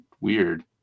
weird